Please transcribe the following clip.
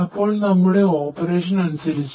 അപ്പോൾ നമ്മുടെ ഓപ്പറേഷൻഇത്